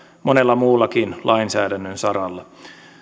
monella muullakin lainsäädännön saralla